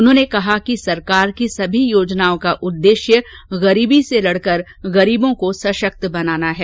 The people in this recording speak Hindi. उन्होंने कहा कि सरकार की सभी योजनाओं का उद्देश्य गरीबी से लडकर गरीबों को सशक्त बनाना है